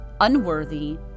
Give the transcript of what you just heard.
Unworthy